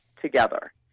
together